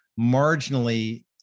marginally